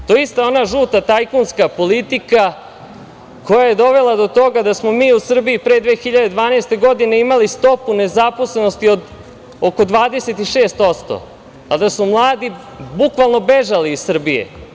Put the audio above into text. To je ona ista žuta tajkunska politika, koja je dovela do toga da smo mi u Srbiji pre 2012. godine, imali stopu nezaposlenosti oko 26%, a da su mladi bukvalno bežali iz Srbije.